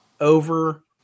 over